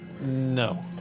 No